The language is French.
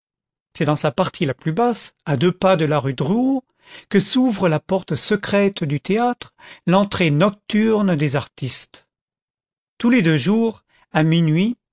c'est dans sa partie la plus basse à deux pas de la rue drouot que s'ouvre la porte secrète du théâtre l'entrée nocturne des artistes tous les deux jours a minuit